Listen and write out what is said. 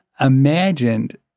imagined